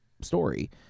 story